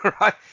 Right